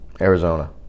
Arizona